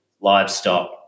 livestock